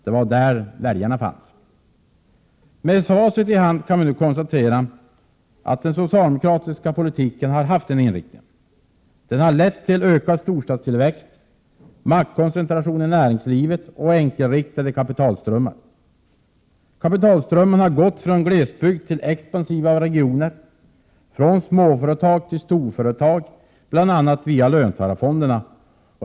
Det var ju där väljarna fanns. Med facit i hand kan vi nu konstatera att den socialdemokratiska politiken har haft den inriktningen. Den har lett till ökad storstadstillväxt, maktkoncentration i näringslivet och enkelriktade kapitalströmmar. Kapitalström marna har gått från glesbygd till expansiva regioner, från småföretag till storföretag, bl.a. via löntagarfonderna.